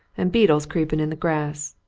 and beetles creeping in the grass.